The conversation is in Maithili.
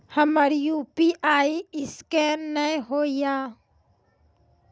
हमर यु.पी.आई ईसकेन नेय हो या?